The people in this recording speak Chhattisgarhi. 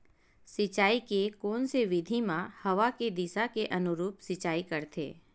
सिंचाई के कोन से विधि म हवा के दिशा के अनुरूप सिंचाई करथे?